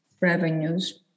revenues